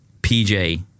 PJ